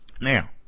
Now